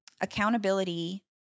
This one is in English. accountability